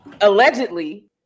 allegedly